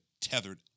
tethered